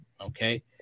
Okay